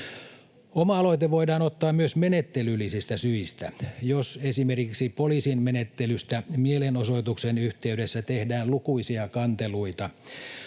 Oma aloite voidaan ottaa myös menettelyllisistä syistä. Jos esimerkiksi poliisin menettelystä mielenosoituksen yhteydessä tehdään lukuisia kanteluita,